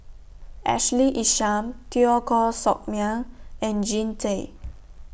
Ashley Isham Teo Koh Sock Miang and Jean Tay